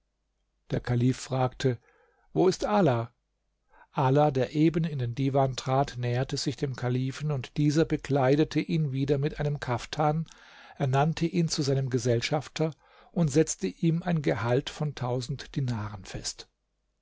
der kalif fragte wo ist ala ala der eben in den divan trat näherte sich dem kalifen und dieser bekleidete ihn wieder mit einem kaftan ernannte ihn zu seinem gesellschafter und setzte ihm ein gehalt von tausend dinaren fest